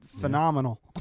phenomenal